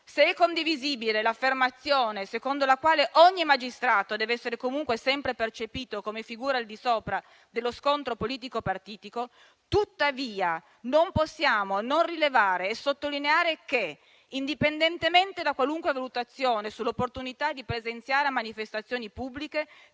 Se è condivisibile l'affermazione secondo la quale ogni magistrato deve essere comunque sempre percepito come figura al di sopra dello scontro politico-partitico, tuttavia non possiamo non rilevare e sottolineare quanto segue. Indipendentemente da qualunque valutazione sull'opportunità di presenziare a manifestazioni pubbliche,